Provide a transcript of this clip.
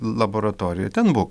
laboratorijoj ten būk